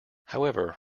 however